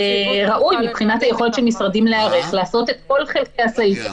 שתהיה יכולת של משרדים להיערך לעשות את כל חלקי הסעיף הזה,